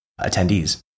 attendees